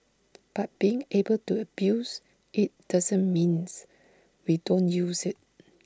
but being able to abuse IT doesn't means we don't use IT